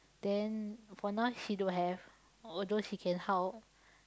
then for now she don't have although she can help